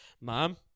Mom